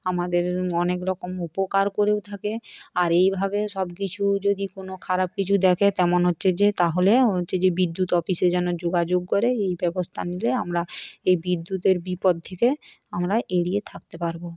আমাদের অনেক রকম উপকার করেও থাকে আর এইভাবে সবকিছু যদি কোনো খারাপ কিছু দেখে তেমন হচ্ছে যে তাহলে হচ্ছে যে বিদ্যুৎ অফিসে যেন যোগাযোগ করে এই ব্যবস্থা নিলে আমরা এই বিদ্যুতের বিপদ থেকে আমরা এড়িয়ে থাকতে পারবো